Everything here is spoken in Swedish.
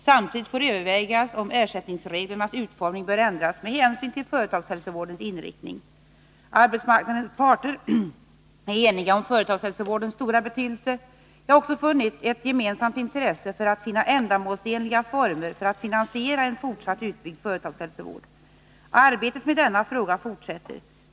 Samtidigt får övervägas om ersättningsreglernas utformning bör ändras med hänsyn till företagshälsovårdens inriktning. Arbetsmarknadens parter är eniga om företagshälsovårdens stora betydelse. Jag har också funnit ett gemensamt intresse för att finna ändamålsenliga former för att finansiera en fortsatt utbyggnad av företagshälsovården. Arbetet med denna fråga fortsätter.